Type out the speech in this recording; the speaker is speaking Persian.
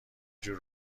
جور